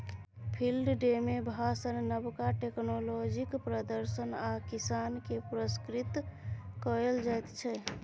field day मे भाषण, नबका टेक्नोलॉजीक प्रदर्शन आ किसान केँ पुरस्कृत कएल जाइत छै